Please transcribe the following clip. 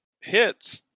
hits